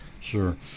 sure